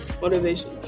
motivation